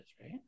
right